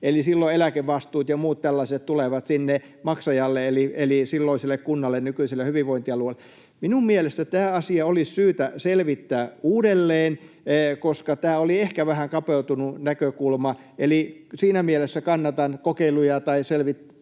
Eli silloin eläkevastuut ja muut tällaiset tulevat maksajalle eli silloiselle kunnalle, nykyiselle hyvinvointialueelle. Minun mielestäni tämä asia olisi syytä selvittää uudelleen, koska tämä oli ehkä vähän kapeutunut näkökulma. Eli siinä mielessä kannatan kokeiluja tai selvityksiä